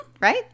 Right